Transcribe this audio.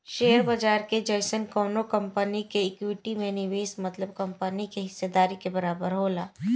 share बाजार के जइसन कवनो कंपनी के इक्विटी में निवेश मतलब कंपनी के हिस्सेदारी के बराबर होला